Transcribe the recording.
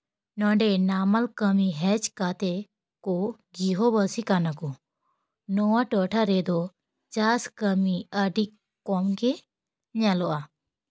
ᱱᱚᱰᱮ ᱱᱟᱢᱟᱞ ᱠᱟᱹᱢᱤ ᱦᱮᱡ ᱠᱟᱛᱮ ᱠᱚ ᱜᱤᱨᱟᱹ ᱵᱟᱹᱥᱤ ᱠᱟᱱᱟ ᱠᱚ ᱱᱚᱣᱟ ᱴᱚᱴᱷᱟ ᱨᱮᱫᱚ ᱪᱟᱥ ᱠᱟᱹᱢᱤ ᱟᱹᱰᱤ ᱠᱚᱢᱜᱮ ᱧᱮᱞᱚᱜᱼᱟ